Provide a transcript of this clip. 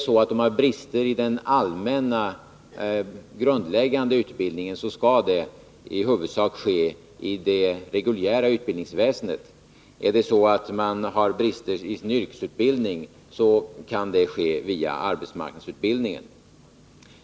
Har de brister i den grundläggande utbildningen skall detta ske i huvudsak i det reguljära utbildningsväsendet. Har de brister i sin yrkesutbildning kan detta ske via arbetsmarknadsutbildningen.